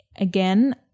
Again